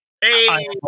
Hey